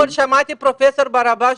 שמעתי את פרופ' ברבש,